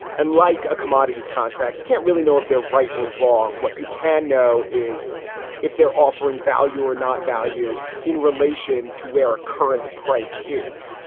and like a commodities contract, you can't really know if they're right or wrong. what you can know is if they're offering value or not value in relation to where a current price is.